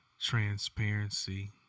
transparency